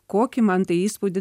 kokį man tai įspūdį